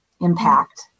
impact